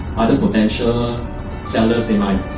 other potential sellers they might